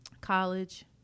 college